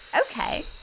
okay